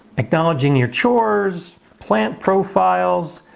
acknowledging your chores, plant profiles,